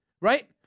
right